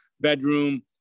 bedroom